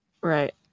right